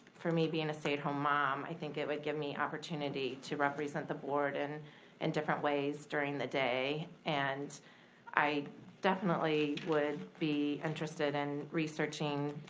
for me being a stay at home mom, i think it would give me opportunity to represent the board in in different ways during the day. and i definitely would be interested in researching